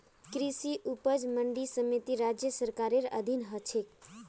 कृषि उपज मंडी समिति राज्य सरकारेर अधीन ह छेक